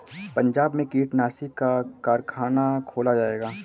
पंजाब में कीटनाशी का कारख़ाना खोला जाएगा